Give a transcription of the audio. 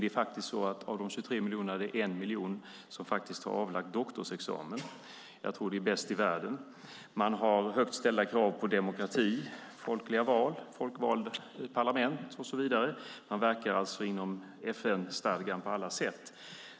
Det är faktiskt så att av de 23 miljonerna är det 1 miljon som har avlagt doktorsexamen. Jag tror att det är bäst i världen. Man har högt ställda krav på demokrati, folkliga val, folkvalt parlament och så vidare. Man verkar alltså inom FN-stadgan på alla sätt.